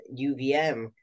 UVM